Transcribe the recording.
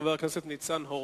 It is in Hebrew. חבר הכנסת ניצן הורוביץ.